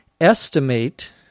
Estimate